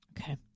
Okay